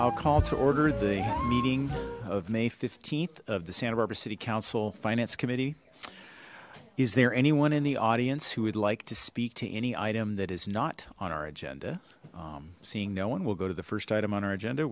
i'll call to order the meeting of may th of the santa barbara city council finance committee is there anyone in the audience who would like to speak to any item that is not on our agenda seeing no one will go to the first item on our agenda